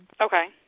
Okay